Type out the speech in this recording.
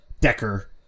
decker